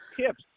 tips